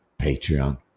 Patreon